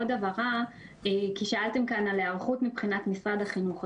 עוד הבהרה כי שאלתם כאן על היערכות מבחינת משרד החינוך.